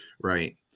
Right